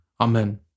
Amen